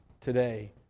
today